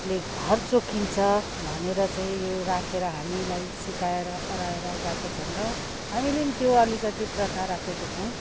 ले घर चोखिन्छ भनेर चाहिँ यो राखेर हामीलाई सिकाएर अह्राएर गएको छन् र हामीले पनि त्यो अलिकति प्रथा राखेको छौँ